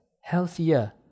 healthier